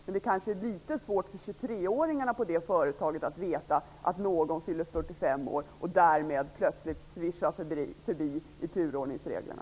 Men det kanske är litet svårt för 23-åringarna på ett företag att veta att någon fyller 45 år och därmed svischar förbi turordningsreglerna.